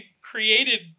created